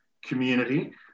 community